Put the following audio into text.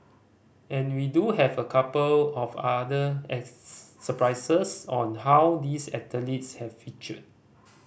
and we do have a couple of other surprises on how these athletes have featured